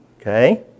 Okay